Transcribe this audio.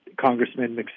Congressman